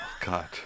God